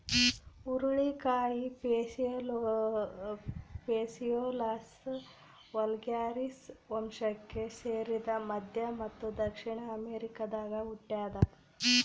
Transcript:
ಹುರುಳಿಕಾಯಿ Phaseolus vulgaris ವಂಶಕ್ಕೆ ಸೇರಿದ ಮಧ್ಯ ಮತ್ತು ದಕ್ಷಿಣ ಅಮೆರಿಕಾದಾಗ ಹುಟ್ಯಾದ